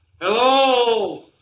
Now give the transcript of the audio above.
Hello